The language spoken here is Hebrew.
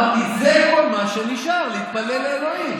אמרתי שזה כל מה שנשאר: להתפלל לאלוהים.